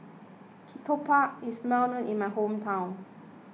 Ketupat is well known in my hometown